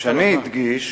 שני הדגיש